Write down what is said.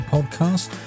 Podcast